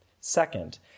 Second